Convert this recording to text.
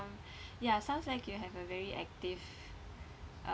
ya sounds like you have a very active uh